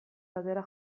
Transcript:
batera